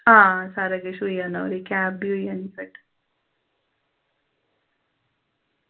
हां सारा किश होई जाना ओह्दे ई कैप बी होई जानी फिट्ट